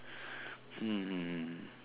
hmm